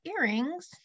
earrings